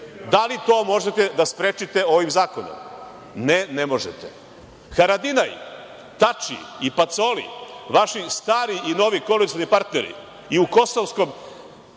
Da li to možete da sprečite ovim zakonom? Ne, nemožete. Haradinaj, Tači i Pacoli, vaši stari i novi koalicioni partneri i u kosovskom